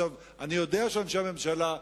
אני יודע שאנשי הממשלה,